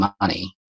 money